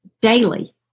daily